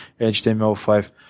HTML5